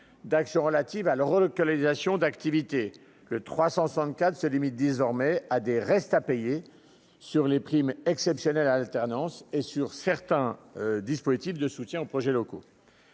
d'actions relatives à leur relocalisation d'activités que 364 se limite désormais à des restes à payer sur les primes exceptionnelles alternance et sur certains dispositifs de soutien aux projets locaux.